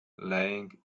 lying